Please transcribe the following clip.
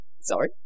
Sorry